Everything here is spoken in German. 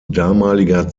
damaliger